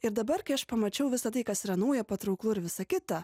ir dabar kai aš pamačiau visa tai kas yra nauja patrauklu ir visa kita